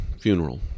funeral